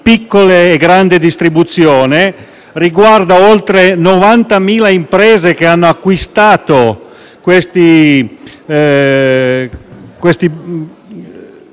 piccola e grande distribuzione), oltre 90.000 imprese che hanno acquistato questi